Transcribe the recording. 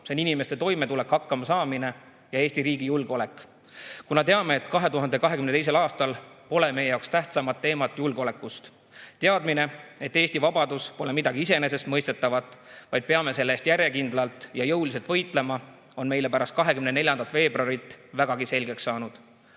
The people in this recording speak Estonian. sammast: inimeste toimetulek, hakkama saamine, ja Eesti riigi julgeolek, kuna teame, et 2022. aastal pole meie jaoks tähtsamat teemat kui julgeolek. Teadmine, et Eesti vabadus pole midagi iseenesestmõistetavat, vaid peame selle eest järjekindlalt ja jõuliselt võitlema, on meile pärast 24. veebruari vägagi selgeks saanud.